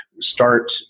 start